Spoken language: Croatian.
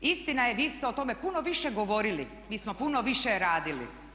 Istina je vi ste o tome puno više govorili, mi smo puno više radili.